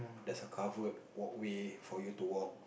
there's a covered walkway for you to walk